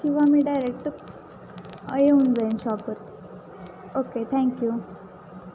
किंवा मी डायरेक्ट येऊन जाईन शॉपवर ओके थँक्यू